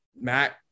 Matt